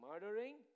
Murdering